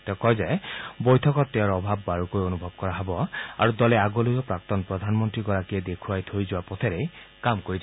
তেওঁ কয় যে বৈঠকত তেওঁৰ অভাৱ বাৰুকৈয়ে অনুভৱ কৰা হ'ব আৰু দলে আগলৈও প্ৰাক্তন প্ৰধানমন্ত্ৰীগৰাকীৰ দেখুৱাই থৈ যোৱা পথেৰে কাম কৰি যাব